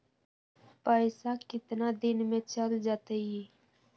पैसा कितना दिन में चल जतई?